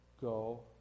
Go